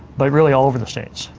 but really all over the states.